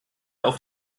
auf